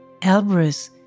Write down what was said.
Elbrus